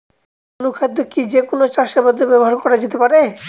অনুখাদ্য কি যে কোন চাষাবাদে ব্যবহার করা যেতে পারে?